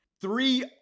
three